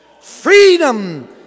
freedom